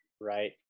Right